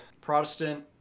Protestant